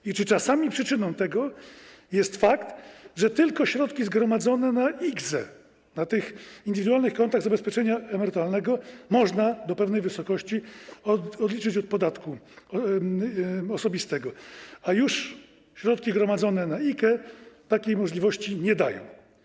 I czy czasami przyczyną tego nie jest fakt, że tylko środki zgromadzone na IKZE, na tych indywidualnych kontach zabezpieczenia emerytalnego można do pewnej wysokości odliczyć od podatku osobistego, a już środki gromadzone na IKE takiej możliwości nie dają.